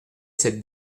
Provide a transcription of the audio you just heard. cette